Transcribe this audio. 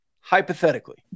hypothetically